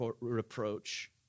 reproach